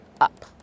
up